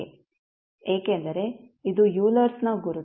ಏಕೆಂದರೆ ಇದು ಯೂಲರ್ಸ್Eulersನ ಗುರುತು